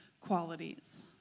qualities